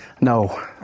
No